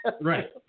right